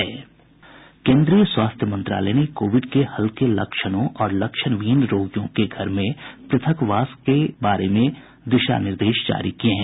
केन्द्रीय स्वास्थ्य मंत्रालय ने कोविड के हल्के लक्षणों और लक्षणविहीन रोगियों के घर में पृथकवास रहने के बारे में संशोधित दिशा निर्देश जारी किए हैं